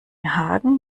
hagen